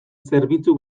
zerbitzu